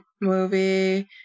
movie